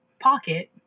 pocket